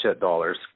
dollars